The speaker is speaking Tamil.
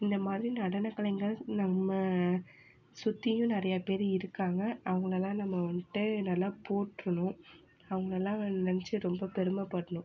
இந்த மாதிரி நடன கலைஞர் நம்ம சுற்றியும் நிறையா பேரு இருக்காங்க அவங்கள தான் நம்ம வந்துட்டு நல்லா போற்றணும் அவங்கெல்லாம் வந் நினச்சி ரொம்ப பெருமப்படணும்